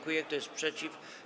Kto jest przeciw?